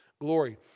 glory